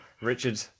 Richard